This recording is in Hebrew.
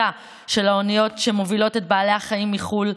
של האוניות שמובילות את בעלי החיים מחו"ל,